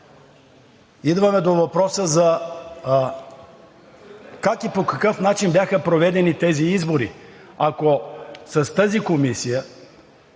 Идваме до въпроса за това как и по какъв начин бяха проведени тези избори. Ако с тази комисия